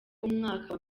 umwaka